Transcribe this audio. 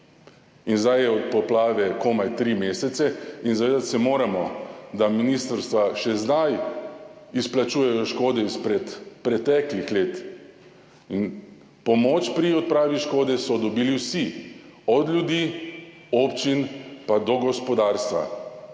Zdaj je od poplave komaj tri mesece in zavedati se moramo, da ministrstva še zdaj izplačujejo škodo izpred preteklih let in pomoč pri odpravi škode so dobili vsi, od ljudi, občin pa do gospodarstva.